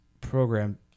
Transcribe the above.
program